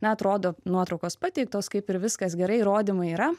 na atrodo nuotraukos pateiktos kaip ir viskas gerai įrodymai yra